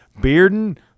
Bearden